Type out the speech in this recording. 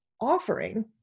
offering